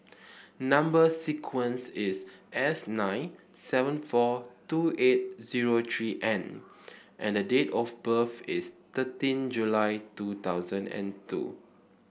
number sequence is S nine seven four two eight zero three N and date of birth is thirteen July two thousand and two